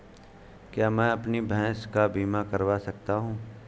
क्या मैं अपनी भैंस का बीमा करवा सकता हूँ?